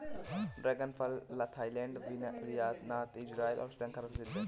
dragon फल Thailand, Vietnam, Israel और श्रीलंका में प्रसिद्ध है